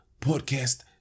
Podcast